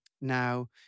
Now